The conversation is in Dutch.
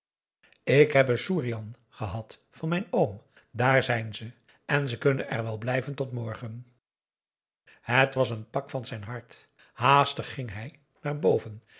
ik heb een soeroean gehad van mijn oom daar zijn ze en ze kunnen er wel blijven tot morgen het was een pak van zijn hart haastig ging hij naar boven